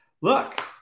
Look